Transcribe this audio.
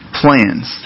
plans